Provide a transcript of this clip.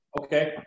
Okay